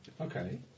Okay